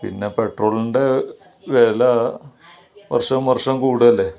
പിന്നെ പെട്രോളിൻ്റെ വില വർഷം വർഷം കൂടുവല്ലേ